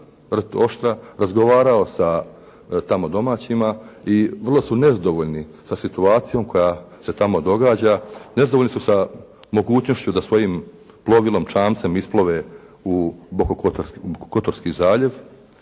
razgovarao sa tamo domaćina i vrlo su nezadovoljni sa situacijom koja se tamo događa, nezadovoljni su sa mogućnošću da svojim plovilom, čamcem isplove u Boka Kotorski zaljev.